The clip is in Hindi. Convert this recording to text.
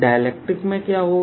डाइइलेक्ट्रिक में क्या होगा